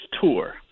tour